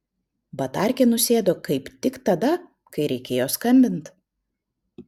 batarkė nusėdo kaip tik tada kai reikėjo skambint